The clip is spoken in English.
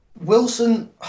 Wilson